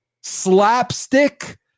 slapstick